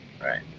Right